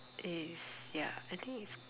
is ya I think it's